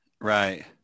Right